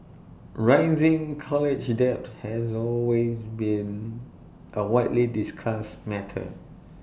rising college debt has always been A widely discussed matter